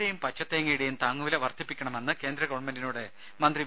രുമ കൊപ്രയുടെയും പച്ചത്തേങ്ങയുടെയും താങ്ങുവില വർധിപ്പിക്കണമെന്ന് കേന്ദ്ര ഗവൺമെന്റിനോട് മന്ത്രി വി